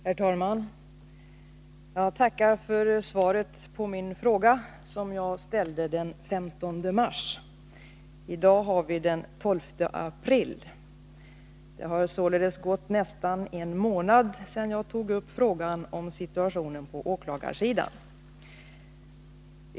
Herr talman! Jag tackar för svaret på min fråga, som jag ställde den 15 mars. I dag har vi den 12 april. Det har således gått nästan en månad sedan jag tog upp frågan om situationen på åklagarsidan.